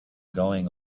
going